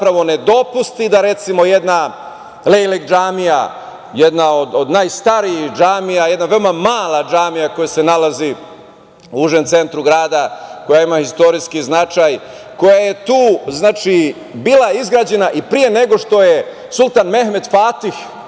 ne dopusti da, recimo, jedna Lejlek džamija, jedna od najstarijih džamija, jedna veoma mala džamija koja se nalazi u užem centru grada, koja ima istorijski značaj, koja je tu bila izgrađena i pre nego što je sultan Mehmed Spatih